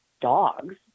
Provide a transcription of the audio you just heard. dogs